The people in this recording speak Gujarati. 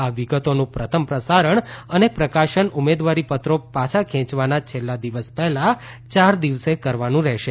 આ વિગતોનું પ્રથમ પ્રસારણ અને પ્રકાશન ઉમેદવારીપત્રો પાછા ખેંચવાના છેલ્લા દિવસ પહેલા ચાર દિવસે કરવાનું રહેશે